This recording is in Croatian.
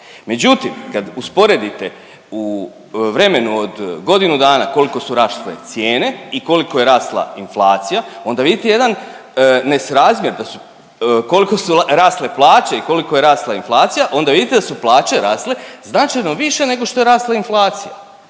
Međutim kad usporedite u vremenu od godinu dana koliko su rasle cijene i koliko je rasla inflacija, onda vidite jedan nesrazmjer da su, koliko su rasle plaće i koliko je rasla inflacija, onda vidite da su plaće rasle značajno više nego što je rasla inflacija.